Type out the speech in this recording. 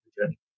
journey